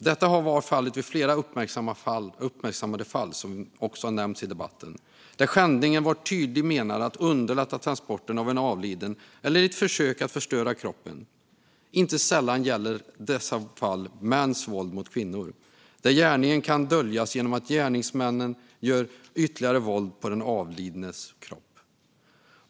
Detta har varit fallet vid flera uppmärksammade fall, som nämnts i debatten, där skändningen varit tydligt menad att underlätta transport av en avliden eller ett försök att förstöra kroppen. Inte sällan gäller dessa fall mäns våld mot kvinnor, där gärningen kan döljas genom att gärningsmannen gör ytterligare våld på den avlidnas kropp.